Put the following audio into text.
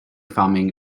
farming